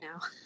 now